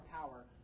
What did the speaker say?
power